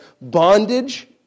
bondage